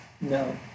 No